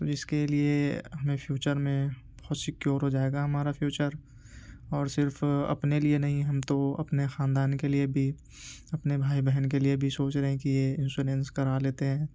تو اس کے لیے ہمیں فیوچر میں بہت سیکور ہو جائے گا ہمارا فیوچر اور صرف اپنے لیے نہیں ہم تو اپنے خاندان کے لیے بھی اپنے بھائی بہن کے لیے بھی سوچ رہے ہیں کہ یہ انشورینس کرا لیتے ہیں